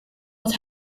not